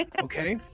Okay